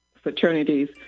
fraternities